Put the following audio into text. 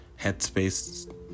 Headspace